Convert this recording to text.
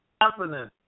happening